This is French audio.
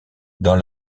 dans